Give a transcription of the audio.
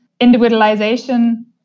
individualization